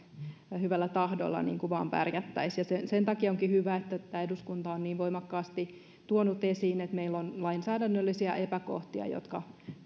hyvällä tahdolla vain pärjättäisiin ja sen takia onkin hyvä että tämä eduskunta on niin voimakkaasti tuonut esiin että meillä on lainsäädännöllisiä epäkohtia jotka